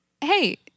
hey